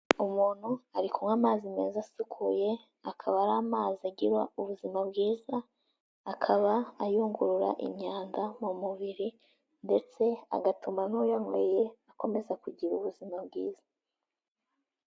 Umuntu ari kunywa amazi meza asukuye, akaba ari amazi agira ubuzima bwiza akaba ayungurura imyanda mu mubiri ndetse agatuma n'uyanyweye, akomeza kugira ubuzima bwiza.